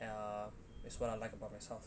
uh is what I like about myself